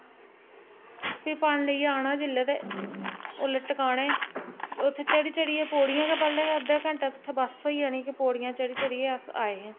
भी पानी लेइयै आना जेल्लै ते ओल्लै टकाने ते उ'त्थें चढ़ी चढ़ियै पौड़ियां गै पैह्लें ते अद्धा घंटा उ'त्थें बस होई जानी कि पौड़ियां चढ़ी चढ़ियै अस आए हे